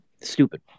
Stupid